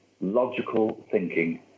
logical-thinking